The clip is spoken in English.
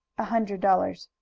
a hundred dollars.